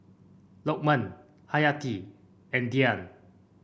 Lukman Haryati and Dian